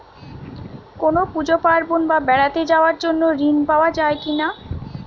কোনো পুজো পার্বণ বা বেড়াতে যাওয়ার জন্য ঋণ পাওয়া যায় কিনা?